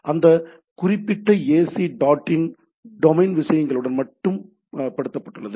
எனவே அந்த குறிப்பிட்ட ஏசி டாட்டின் டொமைன் விஷயங்களுடன் மட்டுப்படுத்தப்பட்டுள்ளது